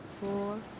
four